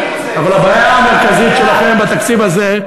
אבל הבעיה המרכזית שלכם בתקציב הזה,